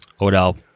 Odell